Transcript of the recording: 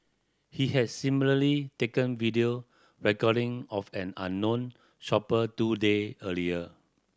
he has similarly taken video recording of an unknown shopper two day earlier